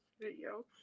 video